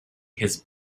his